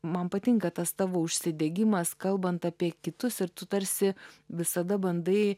man patinka tas tavo užsidegimas kalbant apie kitus ir tu tarsi visada bandai